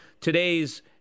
today's